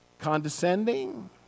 condescending